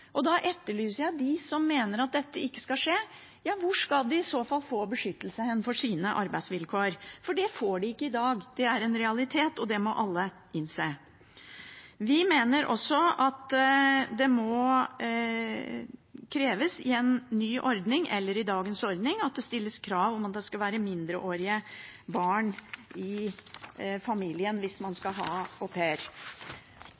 og da etterlyser jeg svar fra dem som mener at dette ikke skal skje, på hvor de i så fall skal få beskyttelse for sine arbeidsvilkår. Det får de ikke i dag – det er en realitet, og det må alle innse. Vi mener også at det, i en ny ordning eller i dagens ordning, må kreves at det stilles krav om at det skal være mindreårige barn i familien hvis man